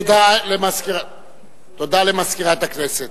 תודה למזכירת הכנסת.